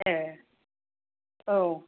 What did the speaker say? ए औ